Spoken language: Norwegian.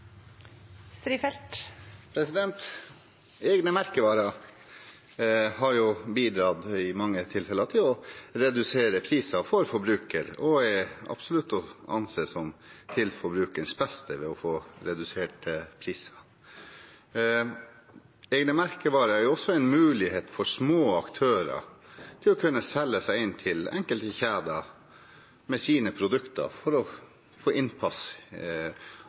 merkevarer har jo i mange tilfeller bidratt til å redusere prisen for forbruker, og reduserte priser er absolutt å anse som til forbrukerens beste. Egne merkevarer er også en mulighet for små aktører til å kunne selge seg inn til enkelte kjeder med sine produkter for å få innpass